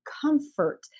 comfort